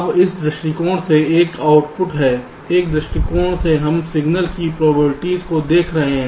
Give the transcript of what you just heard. अब इस दृष्टिकोण में एक आउटपुट है इस दृष्टिकोण में हम सिग्नल की प्रोबबिलिटीज़ को देख रहे हैं